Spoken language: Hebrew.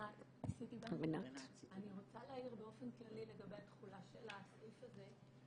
אני רוצה להעיר באופן כללי לגבי התחולה של הסעיף הזה,